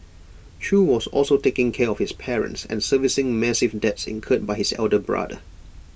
chew was also taking care of his parents and servicing massive debts incurred by his elder brother